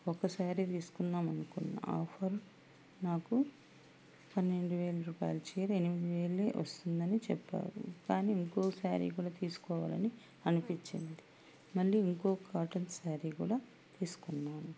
ఒక శారీ తీసుకుందాం అనుకున్న ఆఫర్ నాకు పన్నెండు వేల రూపాయల చీర ఎనిమిది వేలు వస్తుందని చెప్పారు కానీ ఇంకో శారీ కూడా తీసుకోవాలని అనిపిచింది మళ్ళీ ఇంకో కాటన్ శారీ కూడా తీసుకున్నాను